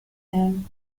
him